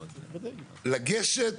לגשת,